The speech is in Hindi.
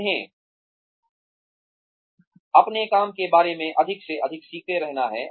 उन्हें अपने काम के बारे में अधिक से अधिक सीखते रहना है